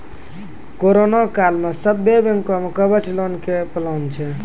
corona काल मे सभ्भे बैंक मे कवच लोन के प्लान छै